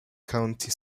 county